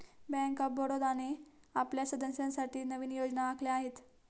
bank of बडोदाने आपल्या सदस्यांसाठी नवीन योजना आखल्या आहेत